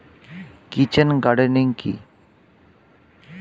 Kitchen gardening কি?